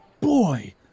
boy